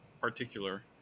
particular